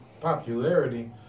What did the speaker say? popularity